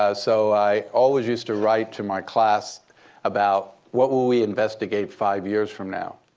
ah so i always used to write to my class about what will we investigate five years from now.